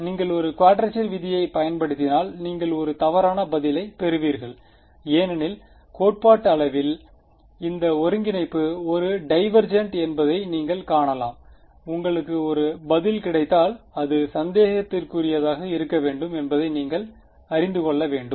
ஆனால் நீங்கள் ஒரு குவாட்ரச்சர் விதியைப் பயன்படுத்தினால் நீங்கள் ஒரு தவறான பதிலைப் பெறுவீர்கள் ஏனெனில் கோட்பாட்டளவில் இந்த ஒருங்கிணைப்பு ஒரு டைவேஜெண்ட் என்பதை நீங்கள் காணலாம் உங்களுக்கு ஒரு பதில் கிடைத்தால் அது சந்தேகத்திற்குரியதாக இருக்க வேண்டும் என்பதை நீங்கள் அறிந்து கொள்ள வேண்டும்